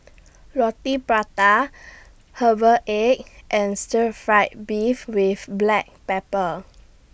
Roti Prata Herbal Egg and Stir Fried Beef with Black Pepper